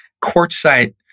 Quartzite